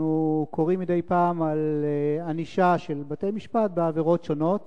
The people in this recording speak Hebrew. אנחנו קוראים מדי פעם על ענישה של בתי-משפט בעבירות שונות.